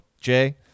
Jay